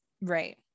Right